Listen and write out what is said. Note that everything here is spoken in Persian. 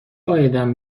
عایدم